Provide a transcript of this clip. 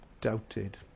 doubted